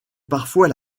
parfois